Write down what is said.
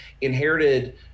inherited